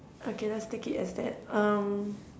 okay let's take it as that um